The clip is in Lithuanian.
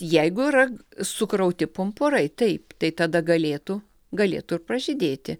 jeigu yra sukrauti pumpurai taip tai tada galėtų galėtų ir pražydėti